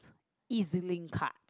Ezlink card